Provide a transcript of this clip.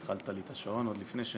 תודה,